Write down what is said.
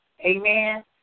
Amen